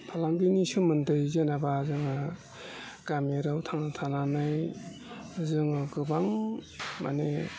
फालांगिनि सोमोन्दै जेनेबा जोंहा गामियारियाव थांना थानानै जोङो गोबां माने